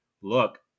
look